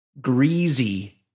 Greasy